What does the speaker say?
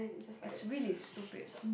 it's really stupid